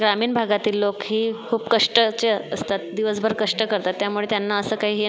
ग्रामीण भागातील लोक ही खूप कष्टाचे असतात दिवसभर कष्ट करतात त्यामुळे त्या असं काही हे